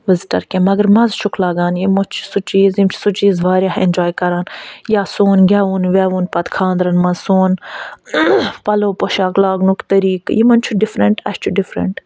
visitor کیٚنہہ مگر مَزٕ چھُکھ لَگان یِمَو چھِ سُہ چیٖز یِم چھِ سُہ چیٖز واریاہ اٮ۪نجاے کران یا سون گٮ۪وُن وٮ۪وُن پَتہٕ خاندرَن منٛز سون پَلَو پۄشاک لاگٕنُک طریٖقہٕ یِمَن چھِ ڈِفرَنٹ اَسہِ چھُ ڈِفرَنٹ